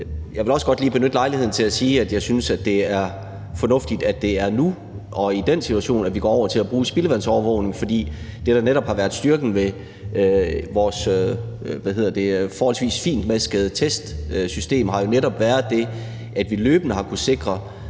Jeg vil også godt lige benytte lejligheden til at sige, at jeg synes, det er fornuftigt, at det er nu og i den her situation, at vi går over til at bruge spildevandsovervågning. Det, der har været styrken ved vores forholdsvis fintmaskede testsystem, har netop været det, at vi løbende har kunnet sikre